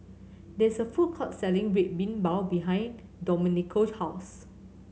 there is a food court selling Red Bean Bao behind Domenico's house